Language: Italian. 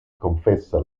confessa